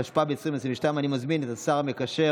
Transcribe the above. התשפ"ב 2022. אני מזמין את השר המקשר